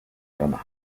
roma